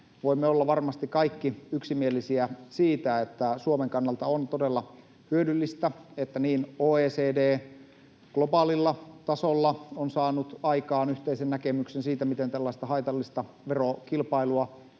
Voimme olla varmasti kaikki yksimielisiä siitä, että Suomen kannalta on todella hyödyllistä, että niin OECD globaalilla tasolla on saanut aikaan yhteisen näkemyksen siitä, miten tällaista haitallista verokilpailua